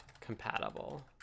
compatible